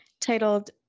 titled